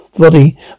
body